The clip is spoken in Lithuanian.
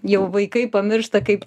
jau vaikai pamiršta kaip